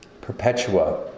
Perpetua